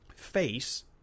face